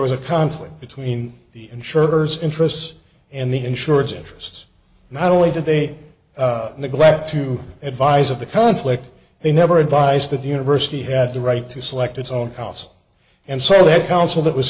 was a conflict between the insurers interests and the insurance interests not only did they neglect to advise of the conflict they never advised that the university had the right to select its own house and sell that council that was